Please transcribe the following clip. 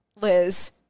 Liz